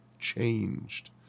changed